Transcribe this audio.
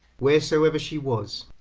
wheresoever she was,